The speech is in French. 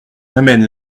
amène